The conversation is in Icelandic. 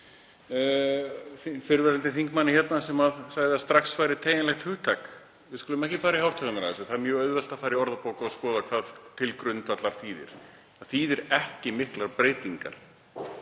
með fyrrverandi þingmanni sem sagði að strax væri teygjanlegt hugtak. Við skulum ekki fara í hártoganir. Það er mjög auðvelt að fara í orðabók og skoða hvað „til grundvallar“ þýðir. Það þýðir ekki miklar breytingar.